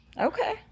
Okay